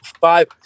five